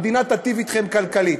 המדינה תטיב אתכם כלכלית.